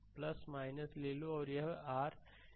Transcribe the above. slide समय देखें 2728 तो v2 यह v2 है